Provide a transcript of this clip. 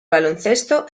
baloncesto